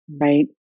right